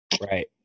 Right